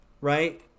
right